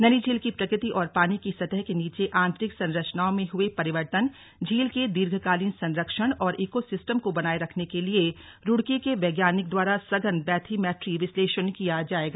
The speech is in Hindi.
नैनीझील की प्रकृति और पानी की सतह के नीचे आन्तरिक संरचनाओं में हुए परिवर्तन झील के दीर्घकालीन संरक्षण और ईको सिस्टम को बनाए रखने के लिए रूड़की के वैज्ञानिक द्वारा सघन बैथीमैट्री विशलेषण किया जायेगा